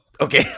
Okay